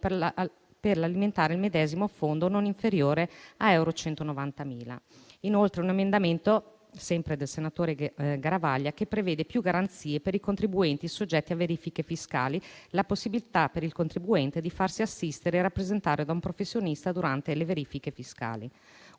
per alimentare il medesimo fondo non inferiore a euro 190.000. Inoltre, un emendamento, sempre del senatore Garavaglia, prevede più garanzie per i contribuenti soggetti a verifiche fiscali, con la possibilità per il contribuente di farsi assistere e rappresentare da un professionista durante le verifiche fiscali.